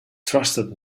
trusted